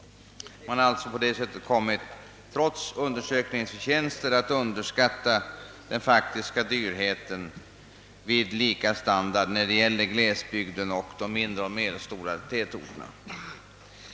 Undersökningen har på det sättet, trots sina förtjänster, underskattat den faktiska dyrheten vid lika standard när det gäller glesbygden och de mindre och medelstora tätorterna.